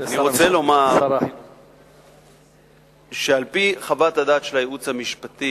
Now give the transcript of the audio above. אני רוצה לומר שעל-פי חוות הדעת של הייעוץ המשפטי,